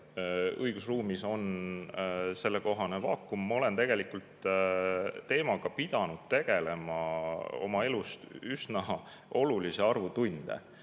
õigusruumis on sellekohane vaakum. Ma olen selle teemaga pidanud tegelema oma elust üsna olulise arvu tunde